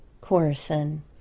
Corson